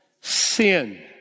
sin